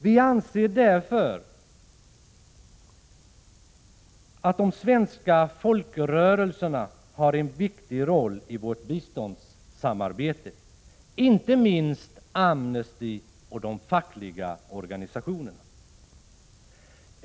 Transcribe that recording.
Vi anser därför att de svenska folkrörelserna har en viktig roll i vårt biståndssamarbete, inte minst Amnesty och de fackliga organisationerna.